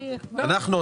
היא תמשיך.